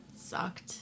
sucked